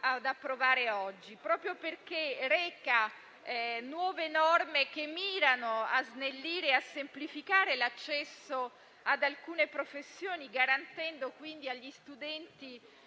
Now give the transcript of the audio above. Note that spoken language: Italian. ad approvare oggi, proprio perché reca nuove norme che mirano a snellire e semplificare l'accesso ad alcune professioni, garantendo quindi agli studenti